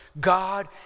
God